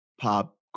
pop